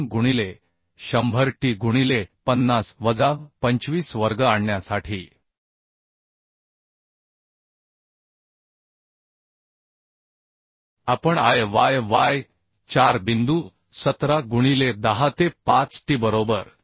2 गुणिले 100t गुणिले 50 वजा 25 वर्ग आपण Iyy 4 बिंदू 17 गुणिले 10 ते 5 t बरोबर